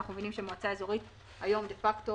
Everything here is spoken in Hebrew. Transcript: מבינים שמועצה אזורית היום דה-פקטו